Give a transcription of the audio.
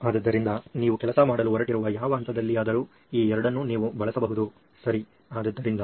ಆದ್ದರಿಂದ ನೀವು ಕೆಲಸ ಮಾಡಲು ಹೊರಟಿರುವ ಯಾವ ಹಂತದಲ್ಲಿ ಆದರು ಈ ಎರಡನ್ನು ನೀವು ಬಳಸಬಹುದು ಸರಿ ಆದ್ದರಿಂದ